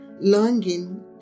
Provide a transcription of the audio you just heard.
longing